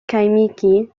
kaimichi